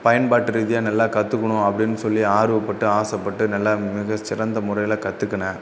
பயன்பாட்டு ரீதியாக நல்லா கற்றுக்கணும் அப்படின்னு சொல்லி ஆர்வப்பட்டு ஆசைப்பட்டு நல்லா மிகச்சிறந்த முறையில் கற்றுக்கினேன்